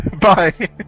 Bye